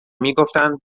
میگفتند